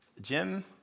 Jim